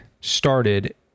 started